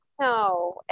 No